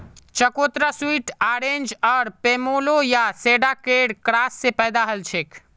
चकोतरा sweet orange आर pomelo या शैडॉकेर क्रॉस स पैदा हलछेक